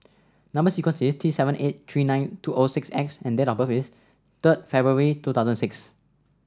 number sequence is T seven eight three nine two O six X and date of birth is third February two thosuand six